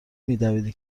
میدویدی